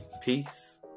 peace